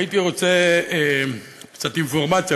הייתי רוצה קצת אינפורמציה.